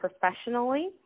professionally